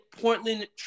Portland